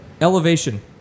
elevation